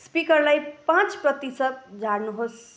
स्पिकरलाई पाँच प्रतिशत झार्नुहोस्